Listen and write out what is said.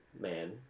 man